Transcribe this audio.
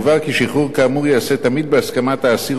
מובהר כי שחרור כאמור ייעשה תמיד בהסכמת האסיר